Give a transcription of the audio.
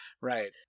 Right